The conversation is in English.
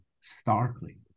starkly